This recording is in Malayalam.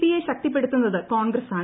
പിയെ ശക്തിപ്പെടുത്തുന്നത് കോൺഗ്രസാണ്